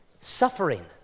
Suffering